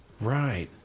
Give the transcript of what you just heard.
Right